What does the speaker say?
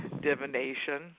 divination